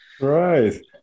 Right